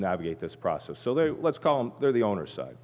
navigate this process so they let's call the owner side